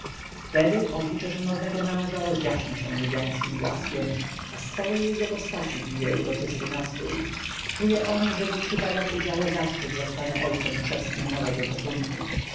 wtedy oblicze szanownego męża rozjaśnia się niebiańskim blaskiem a z całej jego postaci bije uroczysty nastrój czuje on że mu przypada w udziele zaszczyt zostania ojcem chrzestnym nowego gatunku